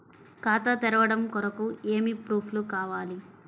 ఖాతా తెరవడం కొరకు ఏమి ప్రూఫ్లు కావాలి?